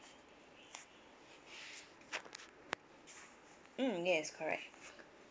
mm yes correct